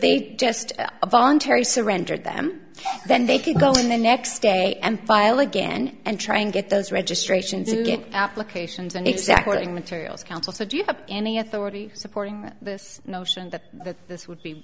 they'd just voluntary surrender them then they could go the next day and file again and try and get those registrations applications and exact wording materials counsel so do you have any authority supporting the notion that this would be